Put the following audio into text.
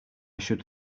should